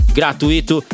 gratuito